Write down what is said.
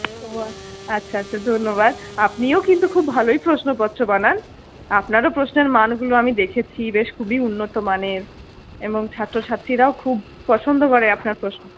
ও আচ্ছা আচ্ছা ধন্যবাদ আপনিও কিন্তু খুব ভালোই প্রশ্নপত্র বানান আপনারও প্রশ্নের মানগুলো আমি দেখেছি বেশ খুবই উন্নতমানের এবং ছাত্রছাত্রীরাও খুব পছন্দ করে আপনার প্রশ্ন